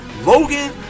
Logan